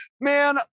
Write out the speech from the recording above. man